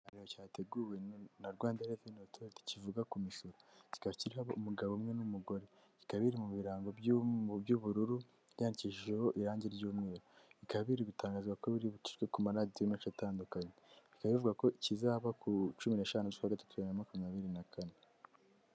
Ikiganiro cyateguwe na Rwanda reveni otoriti cyivuga ku misoro cyikaba cyiriho umugabo umwe n'umugore, bikaba biri mu birango by'ubururu byandikishijeho irangi ry'umweru bikaba biri gutangazwa ko biri gutangazwa ko biri bucishwe ku maradiyo menshi atandukanye bikaba bivugwa ko cyizaba ku cumi n'eshanu z'ukwa gatatu bibiri na makumyabiri na kane.